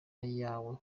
ayawe